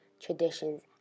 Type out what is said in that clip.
traditions